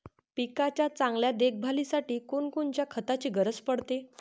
पिकाच्या चांगल्या देखभालीसाठी कोनकोनच्या खताची गरज पडते?